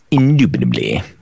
indubitably